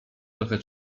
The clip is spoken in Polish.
trochę